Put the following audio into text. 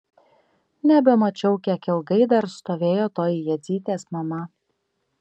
nebemačiau kiek ilgai dar stovėjo toji jadzytės mama